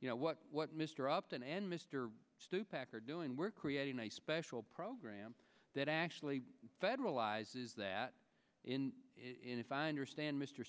you know what what mr upton and mr stupak are doing we're creating a special program that actually federalize is that in in if i understand mr